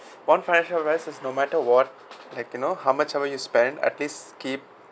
one financial advice is no matter what like you know how much ever you spend at least keep